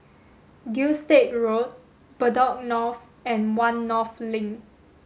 Gilstead Road Bedok North and One North Link